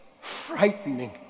frightening